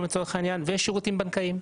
לצורך העניין ויש שירותים בנקאיים.